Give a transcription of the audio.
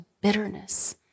bitterness